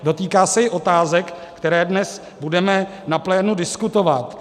Dotýká se i otázek, které dnes budeme na plénu diskutovat.